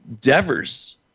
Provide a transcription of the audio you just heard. Devers